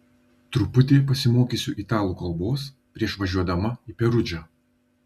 truputį pasimokysiu italų kalbos prieš važiuodama į perudžą